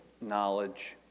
knowledge